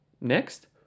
Next